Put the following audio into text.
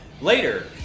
later